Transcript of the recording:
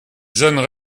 jeunes